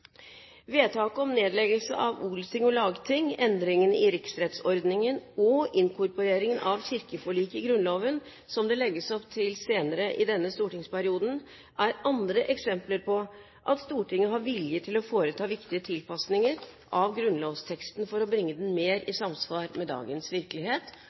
Vedtaket om nedleggelse av odelsting og lagting, endringene i riksrettsordningen og inkorporeringen av kirkeforliket i Grunnloven, som det legges opp til senere i denne stortingsperioden, er andre eksempler på at Stortinget har vilje til å foreta viktige tilpasninger av grunnlovsteksten for å bringe den mer i samsvar med dagens virkelighet